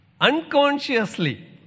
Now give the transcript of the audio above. unconsciously